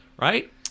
right